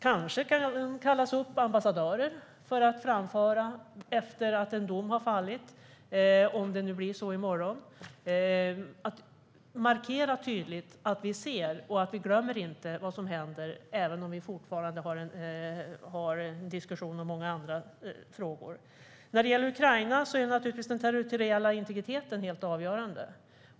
Kanske kan det kallas upp ambassadörer för att efter att en dom har fallit - om det nu blir så i morgon - tydligt markera att vi ser och att vi inte glömmer vad som händer även om vi fortfarande har en diskussion om många andra frågor. När det gäller Ukraina är den territoriella integriteten naturligtvis helt avgörande.